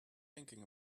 thinking